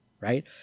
right